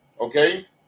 okay